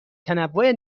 تنوع